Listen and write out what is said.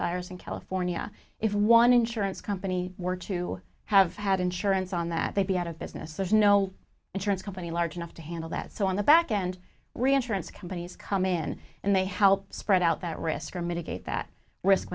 wildfires in california if one insurance company were to have had insurance on that they'd be out of business there's no insurance company large enough to handle that so on the back end reinsurance companies come in and they help spread out that risk or mitigate that risk